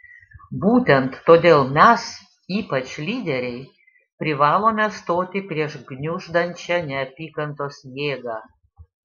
būtent todėl mes ypač lyderiai privalome stoti prieš gniuždančią neapykantos jėgą